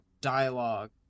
dialogue